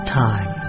time